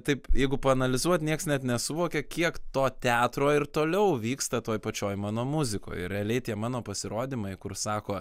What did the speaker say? taip jeigu paanalizuot nieks net nesuvokia kiek to teatro ir toliau vyksta toj pačioj mano muzikoj ir realiai tie mano pasirodymai kur sako